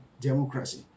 democracy